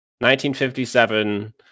1957